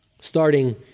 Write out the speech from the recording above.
starting